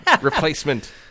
replacement